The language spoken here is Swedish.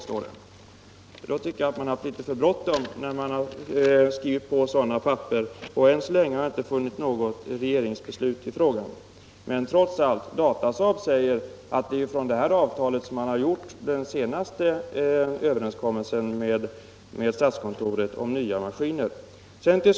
Då tycker jag att man har haft litet för bråttom, när man har skrivit på sådana papper. Än så länge har jag inte funnit något regeringsbeslut i frågan. Men trots detta menar alltså Datasaab att det är från detta avtal man har gjort den senaste överenskommelsen med statskontoret om nya maskiner till försvaret.